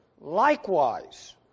likewise